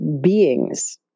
beings